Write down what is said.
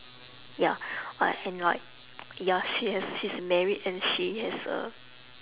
ya uh and like ya she's she's married and she has a